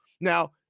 Now